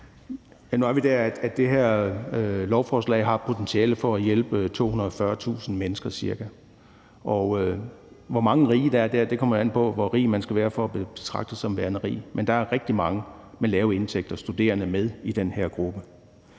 Nu er vi der, at det her lovforslag har potentiale til at hjælpe ca. 240.000 mennesker. Hvor mange rige der er blandt dem, kommer an på, hvor rig man skal være for at blive betragtet som værende rig, men der er rigtig mange med lave indtægter og studerende med i den her gruppe.